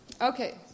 Okay